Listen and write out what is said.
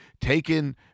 taken